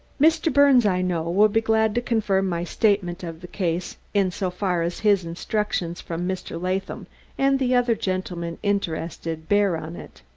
mr. birnes, i know, will be glad to confirm my statement of case in so far as his instructions from mr. latham and the other gentlemen interested bear on it?